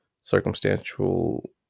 circumstantial